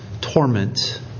torment